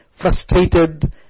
frustrated